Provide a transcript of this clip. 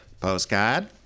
Postcard